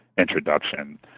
introduction